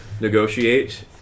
negotiate